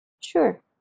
Sure